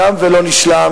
תם ולא נשלם,